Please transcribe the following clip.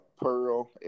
Pearl